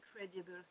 incredible